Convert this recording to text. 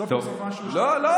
סוף-כל-סוף משהו שאתם, לא.